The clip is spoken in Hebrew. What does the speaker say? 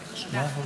פנייה פתוחה